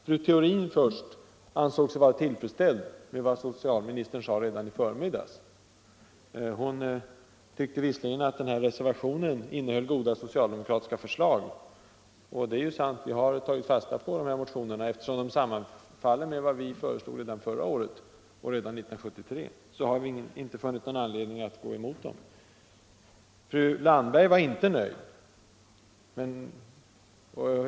Fru Theorin ansåg sig vara tillfredsställd med vad socialministern sade redan i förmiddags. Fru Theorin tyckte visserligen att vår reservation innehöll goda socialdemokratiska förslag, och det är sant. Vi har tagit fasta på era motioner. Eftersom de sammanfaller med vad vi föreslog förra året och redan 1973, har vi inte funnit någon anledning att gå emot dem. Fru Landberg var inte nöjd.